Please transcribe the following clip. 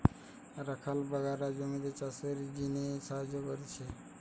রাখাল বাগলরা জমিতে চাষের জিনে সাহায্য করতিছে